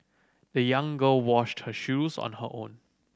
the young girl washed her shoes on her own